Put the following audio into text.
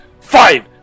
Five